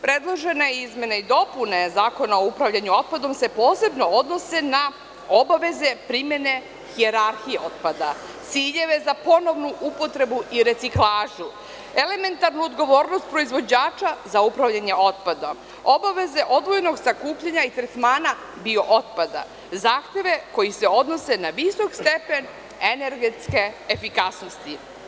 Predložene izmene i dopune Zakona o upravljanju otpadom se posebno odnose na obaveze primene hijerarhije otpada, ciljeve za ponovnu upotrebu i reciklažu, elementarnu odgovornost proizvođača za upravljanje otpadom, obaveze odvojenog sakupljanja i tretmana biootpada, zahteve koji se odnose na visok stepen energetske efikasnosti.